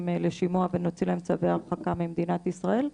לשימוע ונוציא להם צווי הרחקה ממדינת ישראל?